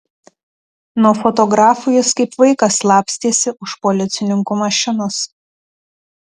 nuo fotografų jis kaip vaikas slapstėsi už policininkų mašinos